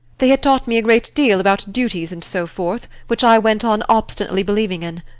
they had taught me a great deal about duties and so forth, which i went on obstinately believing in.